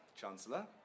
Chancellor